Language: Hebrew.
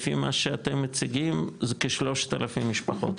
לפי מה שאתם מציגים זה כ-3000 משפחות,